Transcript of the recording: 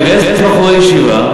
נגייס בחורי ישיבה,